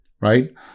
right